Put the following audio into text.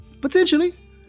potentially